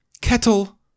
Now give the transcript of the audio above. Kettle